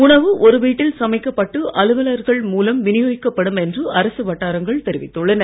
உணவு ஒரு வீட்டில் சமைக்கப்பட்டு அலுவலர்கள் மூலம் விநியோகிக்கப்படும் என்று அரசு வட்டாரங்கள் தெரிவித்துள்ளன